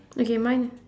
okay mine